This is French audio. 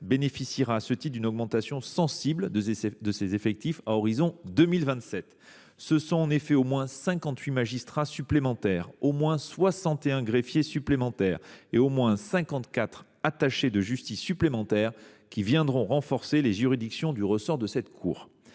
bénéficiera à ce titre d’une augmentation sensible de ses effectifs à l’horizon de 2027. Ce sont en effet au moins 58 magistrats, 61 greffiers et 54 attachés de justice supplémentaires qui viendront renforcer les juridictions du ressort de cette cour.